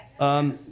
Yes